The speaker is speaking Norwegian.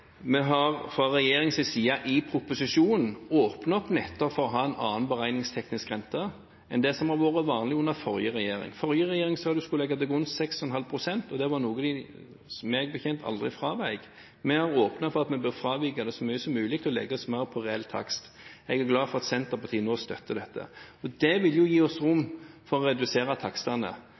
har vi fra regjeringens side i proposisjonen åpnet opp for nettopp å ha en annen beregningsteknisk rente enn det som var vanlig under forrige regjering. Forrige regjering sa de skulle legge til grunn 6,5 pst., og det var noe de meg bekjent aldri fravek. Vi har åpnet for at vi bør fravike det så mye som mulig og legge oss mer på reell takst. Jeg er glad for at Senterpartiet nå støtter dette. Det vil gi oss rom for å redusere takstene.